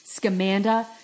Scamanda